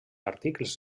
articles